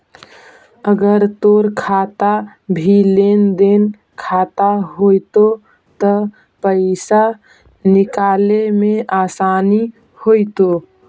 अगर तोर खाता भी लेन देन खाता होयतो त पाइसा निकाले में आसानी होयतो